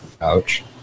Ouch